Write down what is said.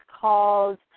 called